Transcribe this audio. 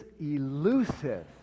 elusive